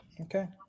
Okay